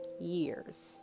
years